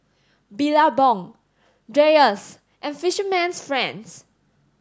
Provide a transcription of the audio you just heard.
Billabong Dreyers and Fisherman's friend